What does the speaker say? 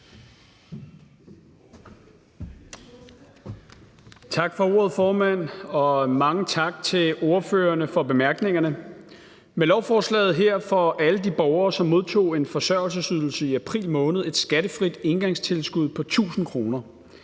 Tak for ordet, formand, og mange tak til ordførerne for bemærkningerne. Med lovforslaget her får alle de borgere, som modtog en forsørgelsesydelse i april måned, et skattefrit engangstilskud på 1.000 kr.